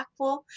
impactful